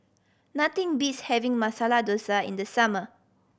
nothing beats having Masala Dosa in the summer